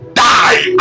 die